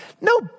No